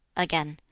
again,